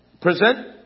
Present